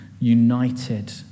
united